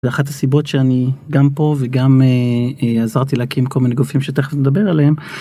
אחת הסיבות שאני גם פה וגם עזרתי להקים כל מיני גופים שתכף נדבר עליהם.